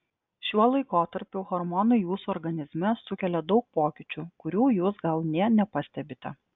šiuo laikotarpiu hormonai jūsų organizme sukelia daug pokyčių kurių jūs gal nė nepastebite